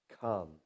Come